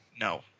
No